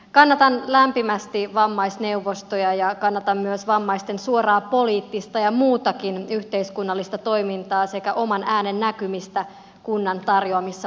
kannatan lämpimästi vammaisneuvostoja ja kannatan myös vammaisten suoraa poliittista ja muutakin yhteiskunnallista toimintaa sekä oman äänen näkymistä kunnan tarjoamissa palveluissa